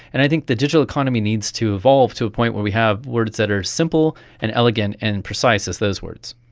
and i think the digital economy needs to evolve to a point where we have words that are as simple and elegant and precise as those words.